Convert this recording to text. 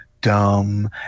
dumb